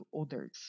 others